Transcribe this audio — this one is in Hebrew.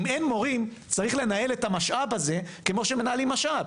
אם אין מורים צריך לנהל את המשאב הזה כמו שמנהלים משאב,